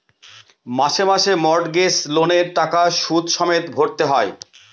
মাসে মাসে মর্টগেজ লোনের টাকা সুদ সমেত ভরতে হয়